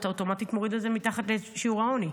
אתה אוטומטית מוריד את זה מתחת לשיעור העוני.